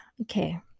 Okay